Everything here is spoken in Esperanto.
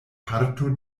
parto